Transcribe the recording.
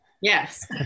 Yes